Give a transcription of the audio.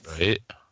Right